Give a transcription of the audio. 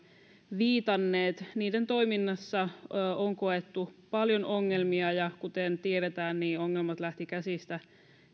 viitanneet niiden toiminnassa on koettu paljon ongelmia ja kuten tiedetään ongelmat lähtivät käsistä